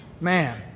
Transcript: Man